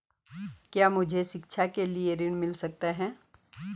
क्या मुझे शिक्षा के लिए ऋण मिल सकता है?